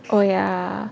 oh yeah